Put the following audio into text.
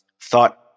thought